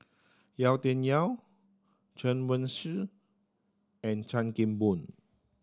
Yau Tian Yau Chen Wen Hsi and Chan Kim Boon